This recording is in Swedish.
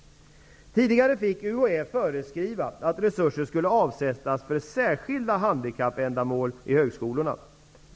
Tidigare fick UHÄ föreskriva att resurser skulle avsättas för särskilda handikappändamål i högskolorna.